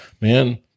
man